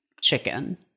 chicken